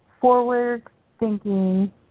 forward-thinking –